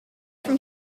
from